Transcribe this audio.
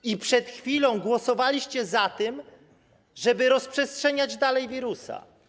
I przed chwilą głosowaliście za tym, żeby rozprzestrzeniać dalej wirusa.